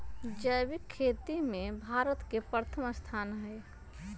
जैविक खेती में भारत के प्रथम स्थान हई